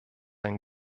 ein